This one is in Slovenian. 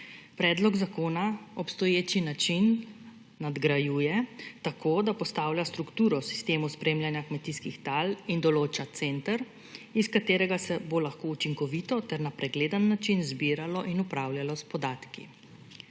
Predlog zakona obstoječi način nadgrajuje tako, da postavlja strukturo v sistemu spremljanja kmetijskih tal in določa center, iz katerega se bo lahko učinkovito ter na pregleden način zbiralo podatke in upravljalo s podatki.